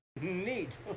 Neat